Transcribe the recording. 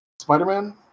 Spider-Man